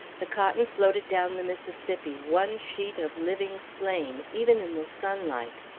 the cotton floated down the mississippi one sheet of living flame, even in the sunlight.